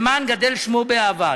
למען גדל שמו באהבה.